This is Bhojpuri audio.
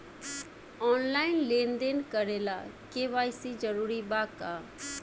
आनलाइन लेन देन करे ला के.वाइ.सी जरूरी बा का?